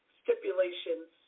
stipulations